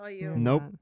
Nope